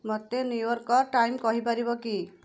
ମୋତେ New York time କହିପାରିବେ କି